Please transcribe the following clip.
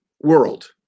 world